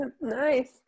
Nice